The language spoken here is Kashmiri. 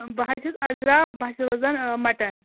بہٕ حظ چھس اَزرا بہٕ حظ چھس روزان مَٹَن